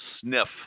sniff